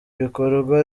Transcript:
bikorwa